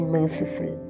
merciful